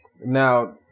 Now